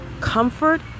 comfort